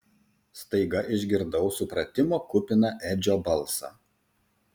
staiga išgirdau supratimo kupiną edžio balsą